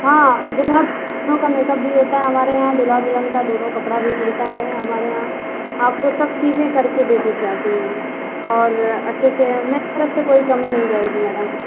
हाँ दूल्हा दोनों का मेकअप भी होता है हमारे यहाँ दुल्हा दुल्हन का दोनों कपड़ा भी मिलता है हमारे यहाँ आपको सब चीज़ें करके दे दी जाती हैं और अच्छे से मेरी तरफ़ से कोई कमी नहीं रहेगी मैडम